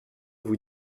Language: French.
vous